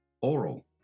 oral